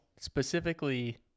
specifically